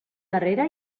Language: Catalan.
darrere